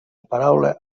paraula